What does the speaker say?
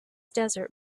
desert